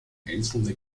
einzelne